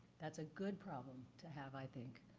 that's a good problem to have, i think.